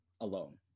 alone